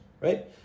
right